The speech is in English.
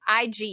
IG